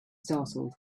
startled